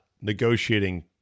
negotiating